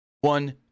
One